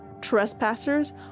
Trespassers